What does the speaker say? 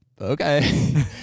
okay